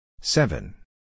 seven